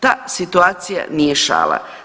Ta situacija nije šala.